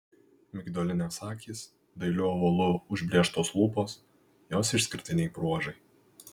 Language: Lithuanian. migdolinės akys dailiu ovalu užbrėžtos lūpos jos išskirtiniai bruožai